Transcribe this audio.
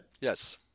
Yes